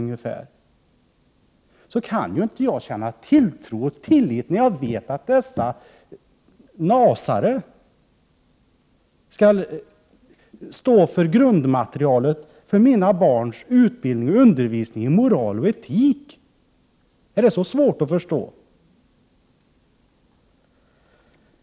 Därför kan jag inte känna tilltro och tillit när dessa nasare skall stå för grundmaterial för mina barns utbildning och undervisning i moral och etik. Är detta så svårt att förstå?